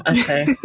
Okay